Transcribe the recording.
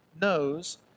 knows